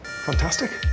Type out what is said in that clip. fantastic